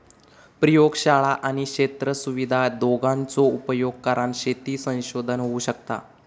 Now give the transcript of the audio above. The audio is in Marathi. प्रयोगशाळा आणि क्षेत्र सुविधा दोघांचो उपयोग करान शेती संशोधन होऊ शकता